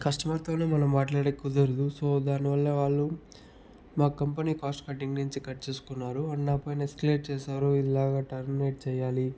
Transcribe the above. customer తోనే మనం మాట్లాడేక్ కుదరదు సో దానివల్ల వాళ్ళు మా కంపెనీ కాస్ట్ కటింగ్ నుంచి కట్ చేస్కున్నారు అండ్ నా పైన ఎస్కలేట్ చేశారు ఇలాగ టర్మినేట్ చేయాలి